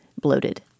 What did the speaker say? bloated